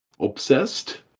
Obsessed